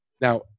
Now